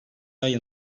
ayın